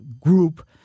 group